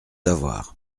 avoir